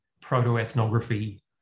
proto-ethnography